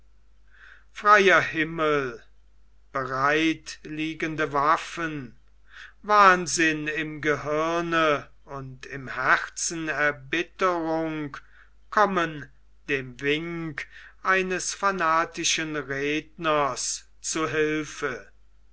freier himmel bereit liegende waffen wahnsinn im gehirne und im herzen erbitterung kommen dem wink eines fanatischen redners zu hilfe